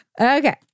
Okay